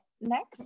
Next